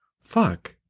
Fuck